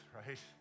right